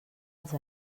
als